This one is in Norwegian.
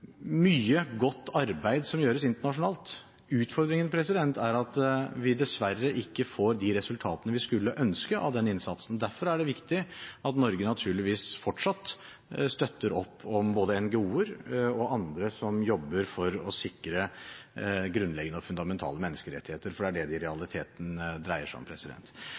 mye godt arbeid som gjøres internasjonalt. Utfordringen er at vi dessverre ikke får de resultatene vi skulle ønske av den innsatsen. Derfor er det viktig at Norge naturligvis fortsatt støtter opp om både NGO-er og andre som jobber for å sikre grunnleggende, fundamentale, menneskerettigheter, for det er det det i realiteten dreier seg om.